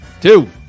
Two